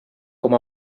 com